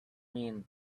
means